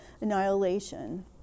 annihilation